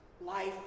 life